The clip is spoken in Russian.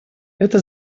это